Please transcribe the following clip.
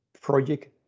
project